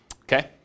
okay